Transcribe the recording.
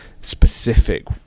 specific